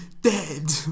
dead